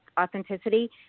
authenticity